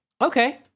Okay